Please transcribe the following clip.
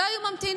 לא היו ממתינים.